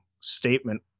statement